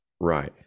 Right